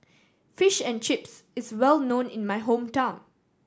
Fish and Chips is well known in my hometown